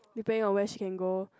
depending on where she can go